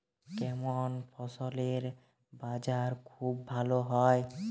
কেমন ফসলের বাজার খুব ভালো হয়?